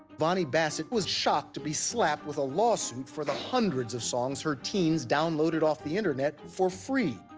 bonnie bassett was shocked to be slapped with a lawsuit for the hundreds of songs, her teens downloaded off the internet for free.